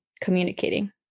communicating